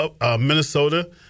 Minnesota